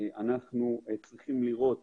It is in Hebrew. אנחנו צריכים לראות